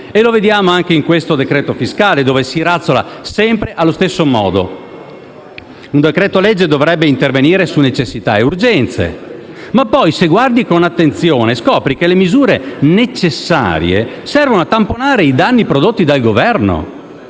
e lo vediamo anche in questo decreto fiscale, dove si razzola sempre allo stesso modo. Un decreto-legge dovrebbe intervenire su necessità e urgenze, ma poi, se guardi con attenzione, scopri che le misure necessarie servono a tamponare i danni prodotti dal Governo.